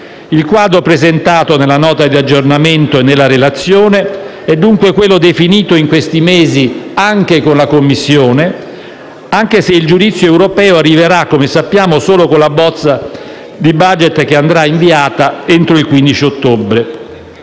Il quadro presentato nella Nota di aggiornamento e nella relazione è dunque quello definito in questi mesi anche con la Commissione europea, anche se il giudizio europeo arriverà - come sappiamo - solo con la bozza di *budget* che andrà inviata entro il 15 ottobre.